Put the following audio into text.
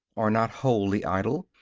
are not wholly idle,